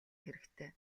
хэрэгтэй